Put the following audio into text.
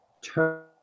turn